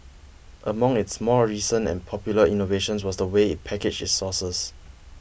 among its more recent and popular innovations was the way it packaged its sauces